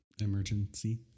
Emergency